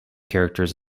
characters